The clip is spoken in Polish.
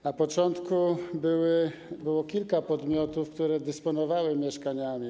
Na początku było kilka podmiotów, które dysponowały mieszkaniami.